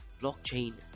blockchain